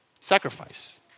Sacrifice